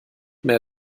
mehr